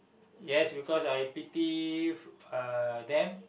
yes because I pity uh them